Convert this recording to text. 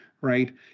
right